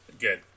good